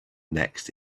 next